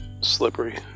slippery